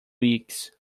weeks